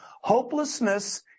hopelessness